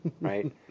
Right